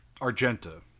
Argenta